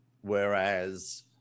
Whereas